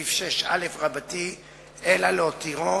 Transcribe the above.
בסעיף 6א, אלא להותירו